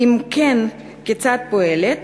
אם כן, כיצד היא פועלת?